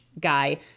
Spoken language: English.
guy